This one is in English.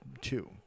two